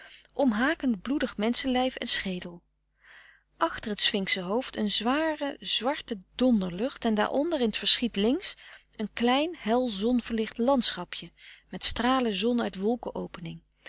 omhakend bloedig menschenlijf en schedel achter het sphinxen hoofd een zware zwarte donderlucht en daaronder in t verschiet links een klein hel zonverlicht landschapje met stralen zon uit wolken opening